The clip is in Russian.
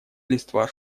листва